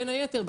בין היתר,